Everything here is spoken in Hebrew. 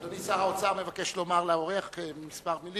אדוני שר האוצר מבקש לומר כמה מלים